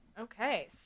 Okay